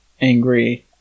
angry